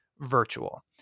virtual